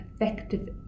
effective